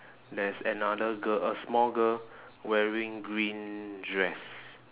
there is another girl a small girl wearing green dress